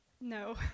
No